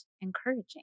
encouraging